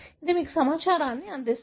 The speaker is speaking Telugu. ఇది మీకు సమాచారాన్ని అందిస్తుంది